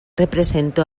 representó